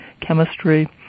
chemistry